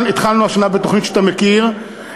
התחלנו השנה בתוכנית שאתה מכיר,